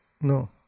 No